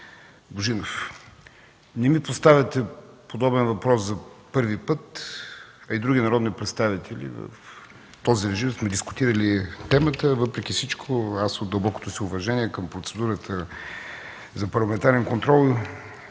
Божинов, не ми поставяте подобен въпрос за първи път, а и с други народни представители в този режим сме дискутирали темата. Въпреки всичко аз, от дълбокото си уважение към процедурата за парламентарен контрол